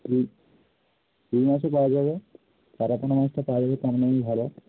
রুই মাছও পাওয়া যাবে কাঁটাপোনা মাছটা পাওয়া যাবে